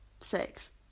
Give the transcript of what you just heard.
six